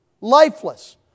lifeless